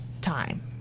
time